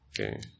Okay